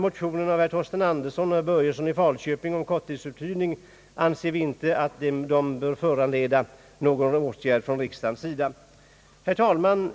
Motionerna av herr Torsten Andersson och herr Börjesson i Falköping anser vi inte böra föranleda någon åtgärd från riksdagens sida. Herr talman!